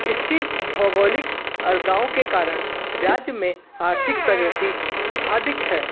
इसके भौगोलिक अलगांव के कारण राज्य में आर्थिक प्रगति भादिक है